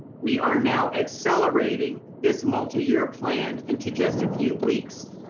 we are now accelerating this multiyear plan into just a few weeks.